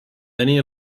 many